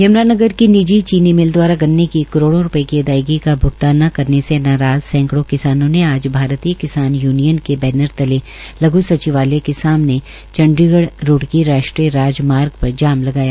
यमूनानगर नगर की निजी चीनी मिल दवारा गन्ने की करोड़ों रूपये की अदायगी का भ्गतान न करने से नाराज़ सैकड़ों किसानों ने आज भारतीय किसान यूनियन के बैनर तले लघ् सचिवालय के सामने चंडीगढ़ रूडकी राष्ट्रीय राजमार्ग पर जाम लगाया